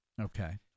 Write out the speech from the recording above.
Okay